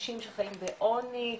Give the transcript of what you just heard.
אנשים שחיים בעוני,